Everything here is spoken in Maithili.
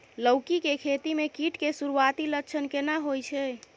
लौकी के खेती मे कीट के सुरूआती लक्षण केना होय छै?